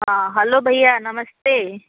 हाँ हलो भैया नमस्ते